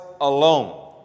alone